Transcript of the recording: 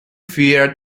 fair